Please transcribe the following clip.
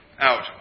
out